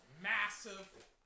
massive